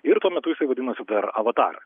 ir tuo metu jisai vadinosi dar avatar